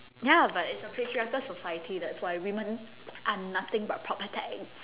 ya but its a patriarchal society that's why women are nothing but property